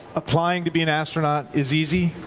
applying to be an astronaut is easy.